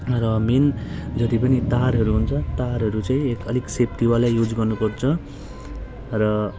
र मेन जति पनि तारहरू हुन्छ तारहरू चाहिँ अलिक सेफ्टिवालै युज गर्नुपर्छ र